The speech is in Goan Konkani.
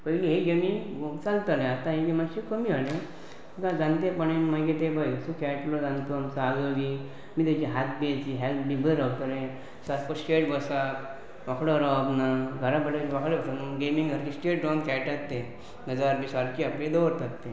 पयलीं हे गेमी लोक सांगतालें आतां ही गेम मात्शीें कमी जालें तुका जाणटेपणा मागीर तें बरे खेळटलो आमचो आजो बी मागी तेजे हात बी हेल्त बी बरी रावतालें सारको स्ट्रेट बसप वांकडो रावप ना घरा कडेन वांकडे वचप ना गेमींक सारकें स्ट्रेट रावन खेळटात ते नजर बी सारकी आपली दवरतात तें